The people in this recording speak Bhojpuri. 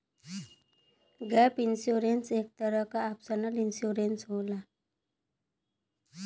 गैप इंश्योरेंस एक तरे क ऑप्शनल इंश्योरेंस होला